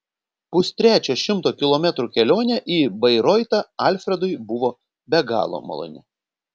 pustrečio šimto kilometrų kelionė į bairoitą alfredui buvo be galo maloni